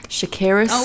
Shakira